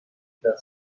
مدارس